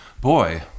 Boy